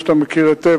שאתה מכיר היטב,